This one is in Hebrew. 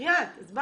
אני לא